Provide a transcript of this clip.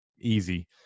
easy